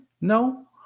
No